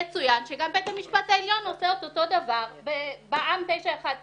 יצוין שגם בית המשפט העליון עושה את אותו דבר בבע"ם 919,